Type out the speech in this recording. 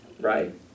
Right